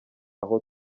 aho